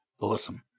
Awesome